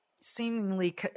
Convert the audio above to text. seemingly